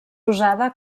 usada